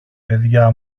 παιδιά